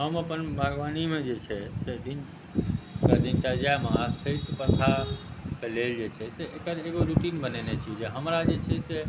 हम अपन बागवानीमे जे छै से दिनके दिनचर्यामे खेत पथारके लेल जे छै से एकर एगो रूटीन बनेने छी जे हमरा जे छै से